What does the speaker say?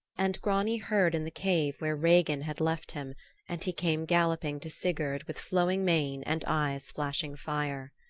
and grani heard in the cave where regin had left him and he came galloping to sigurd with flowing mane and eyes flashing fire.